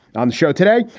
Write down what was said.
on the show. today,